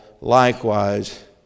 likewise